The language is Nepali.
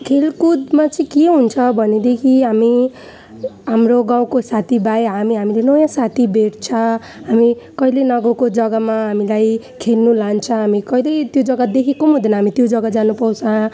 खेलकुदमा चाहिँ के हुन्छ भनेदेखि हामी हाम्रो गाउँको साथी भाइ हामी हामीले नयाँ साथी भेट्छौँ हामी कहिले नगएको जगामा हामीलाई खेल्नु लान्छ हामी कहिले त्यो जगा देखेको हुँदैन त्यो जगा जानु पाउँछौँ